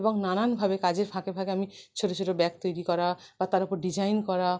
এবং নানানভাবে কাজের ফাঁকে ফাঁকে আমি ছোট ছোট ব্যাগ তৈরি করা বা তার উপর ডিজাইন করা